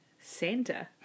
Santa